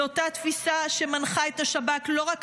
זו אותה תפיסה שמנחה את השב"כ לא רק